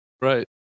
Right